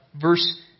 Verse